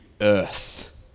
earth